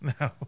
No